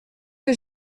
que